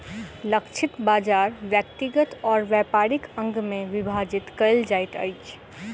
लक्षित बाजार व्यक्तिगत और व्यापारिक अंग में विभाजित कयल जाइत अछि